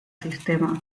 sistema